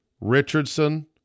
Richardson